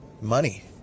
money